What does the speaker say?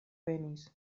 venis